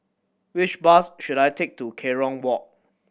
which bus should I take to Kerong Walk